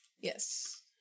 yes